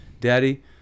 Daddy